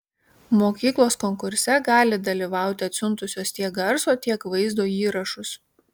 mokyklos konkurse gali dalyvauti atsiuntusios tiek garso tiek vaizdo įrašus